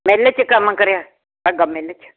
ਮਿਲ ਚ ਕੰਮ ਕਰਿਆ ਅਗਾ ਮਿਲ 'ਚ